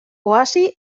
oasi